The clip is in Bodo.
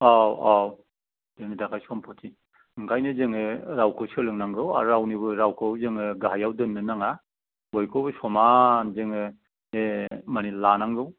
औ औ जोंनि थाखाय सम्पति ओंखायनो जोङो रावखौ सोलोंनांगौ आरो रावनिबो रावखौ जोङो गाहायाव दोननो नाङा बयखौबो समान जोङो जे मानि लानांगौ